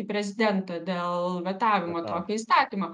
prezidentą dėl vetavimo tokio įstatymo